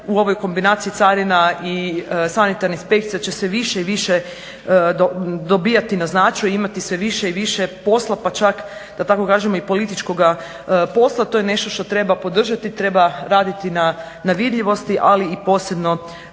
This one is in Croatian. u ovoj kombinaciji carina i sanitarne inspekcije će se više i više dobivati na značenju, imati sve više i više posla pa čak da tako kažemo i političkoga posla, to je nešto što treba podržati, treba raditi na vidljivosti, ali i posebno